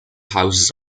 houses